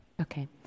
Okay